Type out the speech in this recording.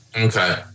Okay